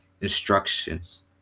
instructions